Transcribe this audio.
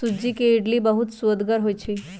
सूज्ज़ी के इडली बहुत सुअदगर होइ छइ